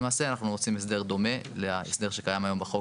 למעשה אנחנו רוצים הסדר דומה להסדר שקיים היום בחוק,